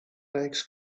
legs